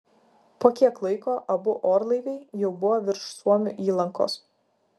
po kiek laiko abu orlaiviai jau buvo virš suomių įlankos